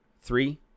Three